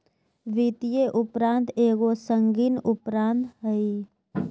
वित्तीय अपराध एगो संगीन अपराध हइ